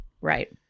Right